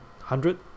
hundred